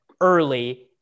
early